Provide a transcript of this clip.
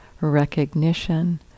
recognition